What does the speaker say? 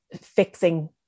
fixing